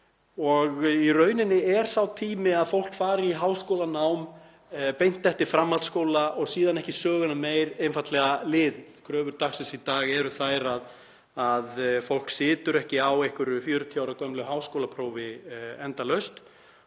Í rauninni er sá tími að fólk fari í háskólanám beint eftir framhaldsskóla og síðan ekki söguna meir einfaldlega liðinn. Kröfur dagsins í dag eru þær að fólk sitji ekki á einhverju 40 ára gömlu háskólaprófi endalaust.